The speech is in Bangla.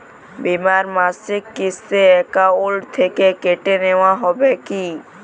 বিমার মাসিক কিস্তি অ্যাকাউন্ট থেকে কেটে নেওয়া হবে কি?